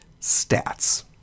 stats